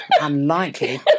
Unlikely